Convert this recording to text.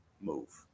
move